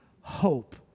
hope